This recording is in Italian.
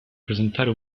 presentare